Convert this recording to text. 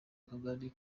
akagari